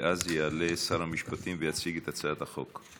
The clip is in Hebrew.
ואז יעלה שר המשפטים ויציג את הצעת החוק.